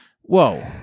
Whoa